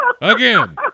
Again